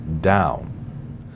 down